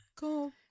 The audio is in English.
Go